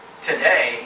Today